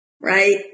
right